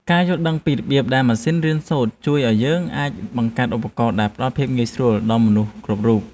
ការយល់ដឹងពីរបៀបដែលម៉ាស៊ីនរៀនសូត្រជួយឱ្យយើងអាចបង្កើតឧបករណ៍ដែលផ្តល់ភាពងាយស្រួលដល់មនុស្សគ្រប់រូប។